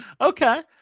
Okay